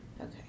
Okay